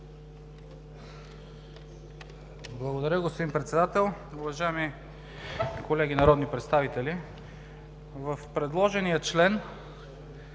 Благодаря, господин Председател. Уважаеми колеги народни представители! Какво се